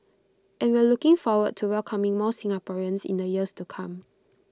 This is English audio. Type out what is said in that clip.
and we're looking forward to welcoming more Singaporeans in the years to come